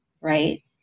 right